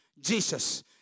Jesus